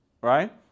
right